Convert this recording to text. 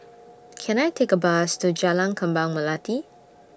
Can I Take A Bus to Jalan Kembang Melati